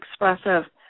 expressive